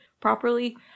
properly